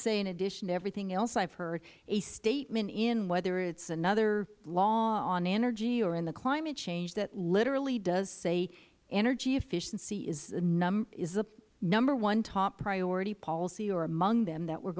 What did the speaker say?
say in addition to everything else i have heard a statement in whether it is another law on energy or in the climate change that literally does say energy efficiency is the number one top priority policy or among them that we